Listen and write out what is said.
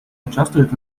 участвует